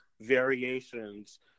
variations